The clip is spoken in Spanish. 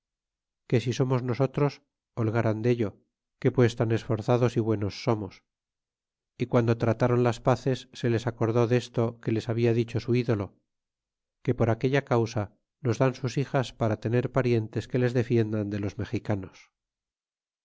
que si somos nosotros holgaran dello que pues tan esforzados y buenos somos y guando tratron las paces se les acordó desto que les habla dicho su ídolo que por watt causa nos tlan sus hijas para tener parientes que les defiendan de los mexicanos